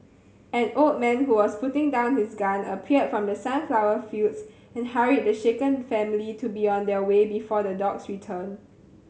an old man who was putting down his gun appeared from the sunflower fields and hurried the shaken family to be on their way before the dogs return